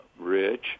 rich